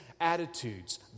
attitudes